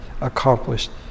accomplished